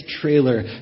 trailer